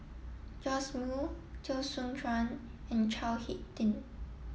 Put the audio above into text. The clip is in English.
Joash Moo Teo Soon Chuan and Chao Hick Tin